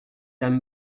dame